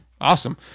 Awesome